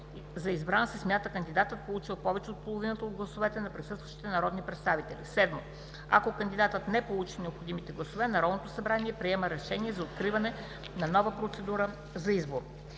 За избран се смята кандидатът, получил повече от половината от гласовете на присъстващите народни представители. 7. Ако кандидатът не получи необходимите гласове, Народното събрание приема решение за откриване на нова процедура за избор.“